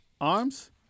ARMS